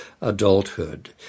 adulthood